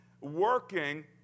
working